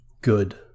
Good